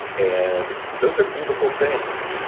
and those are beautiful things.